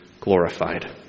glorified